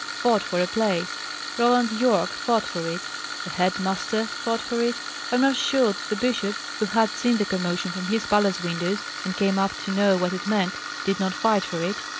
fought for a place roland yorke fought for it the head-master fought for it i am not sure that the bishop who had seen the commotion from his palace windows, and came up to know what it meant did not fight for it.